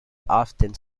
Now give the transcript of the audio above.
often